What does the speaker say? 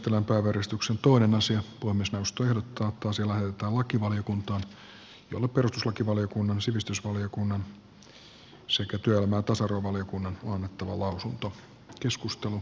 puhemiesneuvosto ehdottaa että asia lähetetään lakivaliokuntaan jolle perustuslakivaliokunnan sivistysvaliokunnan sekä työelämä ja tasa arvovaliokunnan on annettava lausunto